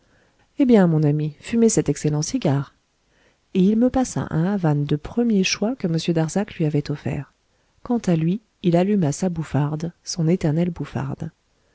eh bien mon ami fumez cet excellent cigare et il me passa un havane de premier choix que m darzac lui avait offert quant à lui il alluma sa bouffarde son éternelle bouffarde